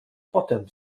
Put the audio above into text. potem